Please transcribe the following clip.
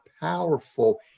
powerful